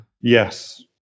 Yes